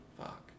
Fuck